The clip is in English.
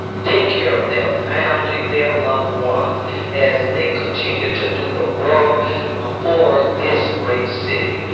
take care of their family, their loved one's as they continue to do the work um for this great city.